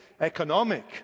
economic